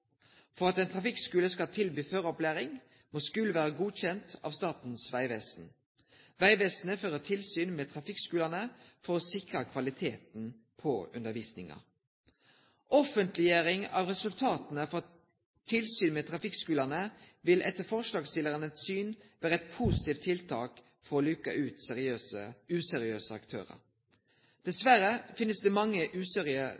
For at ein trafikkskule skal kunne tilby føraropplæring, må skulen vere godkjend av Statens vegvesen. Vegvesenet fører tilsyn med trafikkskulane for å sikre kvaliteten på undervisninga. Offentleggjering av resultata frå tilsynet med trafikkskulane vil etter forslagsstillarane sitt syn vere eit positivt tiltak for å luke ut useriøse